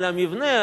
על המבנה,